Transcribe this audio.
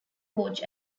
coach